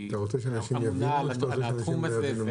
שהיא אמונה על התחום הזה.